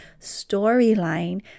storyline